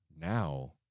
now